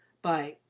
by,